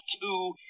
two